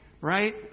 right